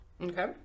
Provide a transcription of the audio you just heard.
okay